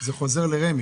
זה חוזר לרשות